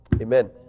Amen